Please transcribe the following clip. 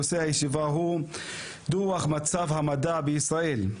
נושא הישיבה היום הוא דוח מצב המדע בישראל.